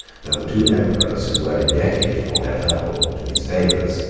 than the two emperors who were indebted for their purple to his favors,